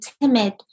timid